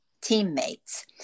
teammates